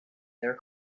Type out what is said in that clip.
their